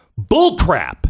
Bullcrap